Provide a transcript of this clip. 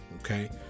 okay